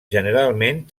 generalment